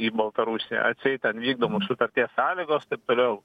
į baltarusiją atseit ten vykdomos sutarties sąlygos taip toliau